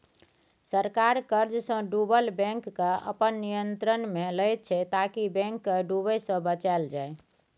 सरकार कर्जसँ डुबल बैंककेँ अपन नियंत्रणमे लैत छै ताकि बैंक केँ डुबय सँ बचाएल जाइ